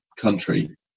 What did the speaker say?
country